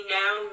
now